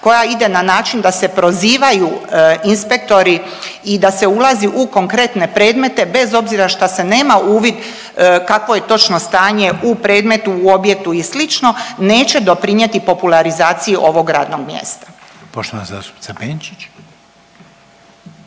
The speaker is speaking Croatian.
koja ide na način da se prozivaju inspektori i da se ulazi u konkretne predmete bez obzira šta se nema uvid kakvo je točno stanje u predmetu, u objektu i sl., neće doprinijeti popularizaciji ovog radnog mjesta. **Reiner, Željko